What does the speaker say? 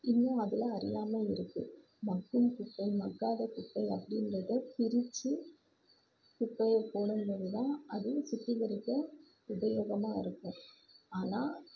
இன்னும் அதில் அறியாமை இருக்குது மக்கும் குப்பை மக்காத குப்பை அப்படிங்கிறத பிரித்து குப்பையை போடும் போது தான் அது சுத்திகரிக்க உபயோகமாக இருக்கும் ஆனால்